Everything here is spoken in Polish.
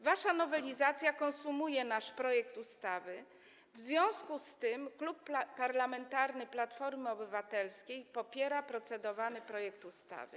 Wasza nowelizacja konsumuje nasz projekt ustawy, w związku z czym Klub Parlamentarny Platforma Obywatelska popiera procedowany projekt ustawy.